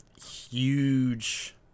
Huge